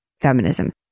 feminism